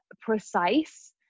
precise